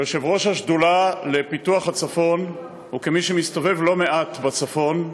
כיושב-ראש השדולה לפיתוח הצפון וכמי שמסתובב לא מעט בצפון,